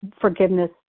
forgiveness